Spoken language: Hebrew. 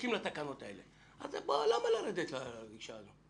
שזקוקים לתקנות האלה, אז למה לרדת לגישה הזו?